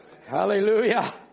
Hallelujah